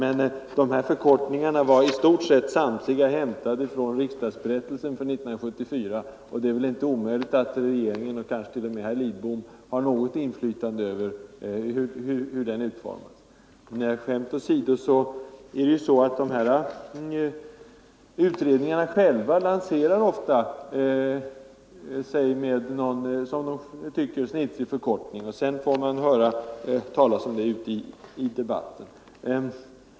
Men de förkortningar jag läste upp var så gott som samtliga hämtade från riksdagsberättelsen 1974, och det är väl inte omöjligt att regeringen och kanske t.o.m. herr Lidbom har något inflytande över hur den utformas. Skämt åsido, det är så att utredningarna själva ofta lanserar sig genom någon, som man tycker, snitsig förkortning. Sedan får man höra den i den allmänna debatten.